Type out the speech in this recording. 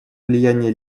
влияния